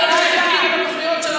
אתם לא מקבלים תקציבים.